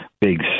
big